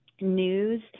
news